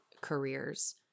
careers